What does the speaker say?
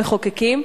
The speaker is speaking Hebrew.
המחוקקים.